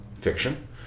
fiction